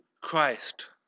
Christ